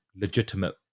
legitimate